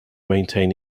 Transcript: maintain